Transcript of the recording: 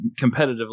competitively